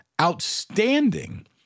outstanding